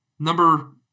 Number